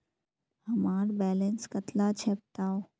हमार बैलेंस कतला छेबताउ?